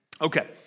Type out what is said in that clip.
Okay